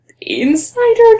insider